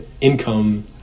income